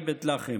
היא בית לחם.